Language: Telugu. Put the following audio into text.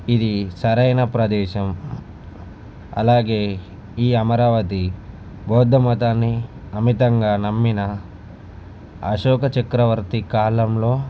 ఇది సరైన ప్రదేశం అలాగే ఈ అమరావతి బౌద్ధ మతాన్ని అమితంగా నమ్మిన అశోక చక్రవర్తి కాలంలో